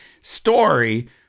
story